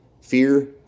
fear